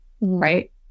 right